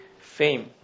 fame